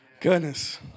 Goodness